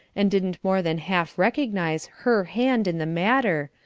and didn't more than half recognise her hand in the matter,